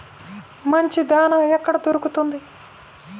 మంచి దాణా ఎక్కడ దొరుకుతుంది?